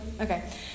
Okay